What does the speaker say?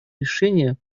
решения